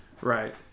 Right